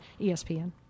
ESPN